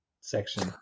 section